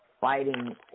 fighting